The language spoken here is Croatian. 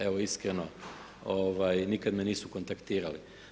Evo iskreno nikada me nisu kontaktirali.